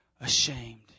ashamed